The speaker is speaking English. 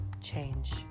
change